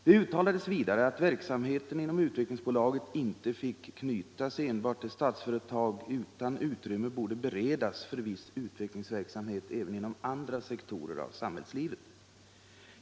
Det uttalades vidare att verksamheten inom Utvecklingsaktiebolaget inte fick knytas enbart till Statsföretag utan utrymme borde beredas för viss utvecklingsverksamhet även inom andra sektorer av samhällslivet.